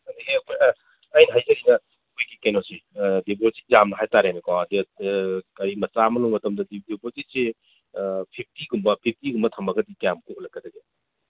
ꯑꯗꯒꯤ ꯑꯩꯈꯣꯏ ꯑꯩꯅ ꯍꯥꯏꯖꯔꯤꯅ ꯑꯩꯈꯣꯏꯒꯤ ꯀꯩꯅꯣꯁꯦ ꯗꯤꯄꯣꯖꯤꯠ ꯌꯥꯝꯕ ꯍꯥꯏ ꯇꯥꯔꯦꯅꯦꯀꯣ ꯒꯥꯔꯤ ꯃꯆꯥ ꯑꯃ ꯂꯧ ꯃꯇꯝꯗꯗꯤ ꯗꯤꯄꯣꯖꯤꯠꯁꯦ ꯐꯤꯞꯇꯤꯒꯨꯝꯕ ꯐꯤꯞꯇꯤꯒꯨꯝꯕ ꯊꯝꯃꯒꯗꯤ ꯀꯌꯥꯃꯨꯛꯇꯤ ꯍꯨꯜꯂꯛꯀꯗꯒꯦ